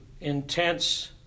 intense